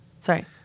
Sorry